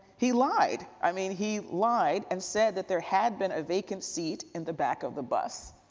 he lied. i mean he lied and said that there had been a vacant seat in the back of the bus,